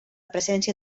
presència